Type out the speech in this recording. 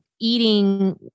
eating